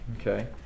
Okay